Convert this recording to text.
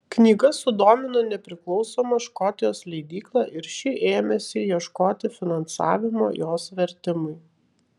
knyga sudomino nepriklausomą škotijos leidyklą ir ši ėmėsi ieškoti finansavimo jos vertimui